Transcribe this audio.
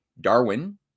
Darwin